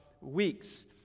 weeks